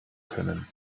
können